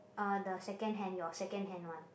uh the second hand your second hand one